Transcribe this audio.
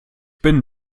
bin